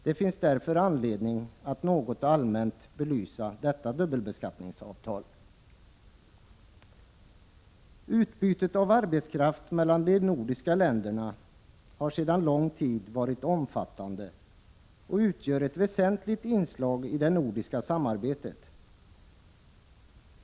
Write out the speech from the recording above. Det finns därför anledning att rent allmänt något belysa detta dubbelbeskattningsavtal. Utbytet av arbetskraft mellan de nordiska länderna har sedan lång tid tillbaka varit omfattande och utgör ett väsentligt inslag i det nordiska samarbetet.